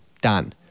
done